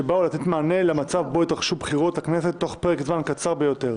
שבאו לתת מענה למצב בו התרחשו בחירות לכנסת תוך פרק זמן קצר ביותר.